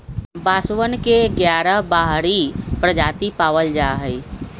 बांसवन के ग्यारह बाहरी प्रजाति पावल जाहई